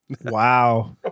Wow